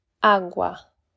agua